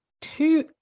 two